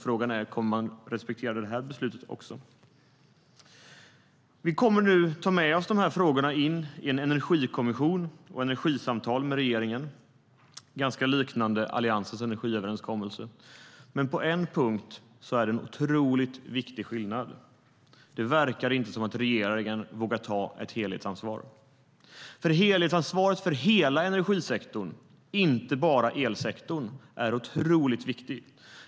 Frågan är: Kommer man också att respektera detta beslut? Helhetsansvaret för hela energisektorn, inte bara elsektorn, är otroligt viktig.